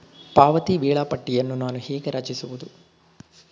ಪಾವತಿ ವೇಳಾಪಟ್ಟಿಯನ್ನು ನಾನು ಹೇಗೆ ರಚಿಸುವುದು?